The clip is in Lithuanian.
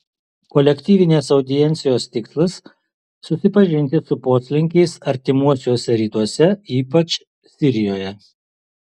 kolektyvinės audiencijos tikslas susipažinti su poslinkiais artimuosiuose rytuose ypač sirijoje